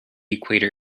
equator